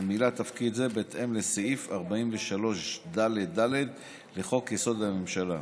שמילא תפקיד זה בהתאם לסעיף 43ד(ד) לחוק-יסוד: הממשלה.